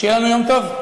שיהיה לכולם יום טוב.